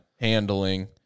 handling